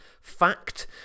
fact